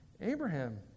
Abraham